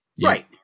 Right